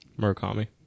Murakami